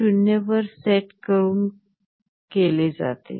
0 वर सेट करुन केले जाते